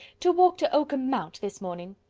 to walk to oakham mount this morning.